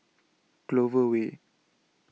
Clover Way